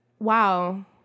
Wow